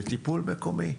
לטיפול מקומי.